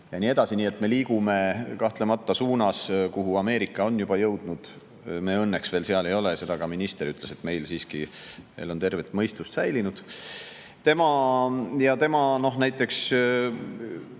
ja nii edasi. Nii et me liigume kahtlemata sinnapoole, kuhu Ameerika on juba jõudnud. Me õnneks veel seal ei ole. Seda ka minister ütles, et meil siiski on tervet mõistust säilinud. Tema tõi näiteks,